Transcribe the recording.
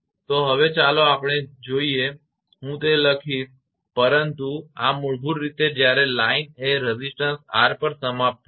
તો હવે ચાલો આપણે જોઈએ હું તે લખીશ પરંતુ આ મૂળભૂત રીતે જ્યારે લાઇન એ રેઝિસ્ટન્સ R પર સમાપ્ત થાય છે